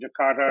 Jakarta